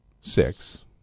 six